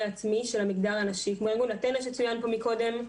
העצמי של המגדר הנשי כמו: ארגון "אתנה" כפי שצוין פה קודם,